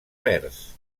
verds